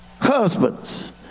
Husbands